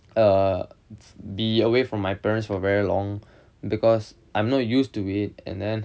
uh be away from my parents for very long because I'm not used to it and then